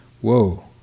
whoa